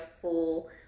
full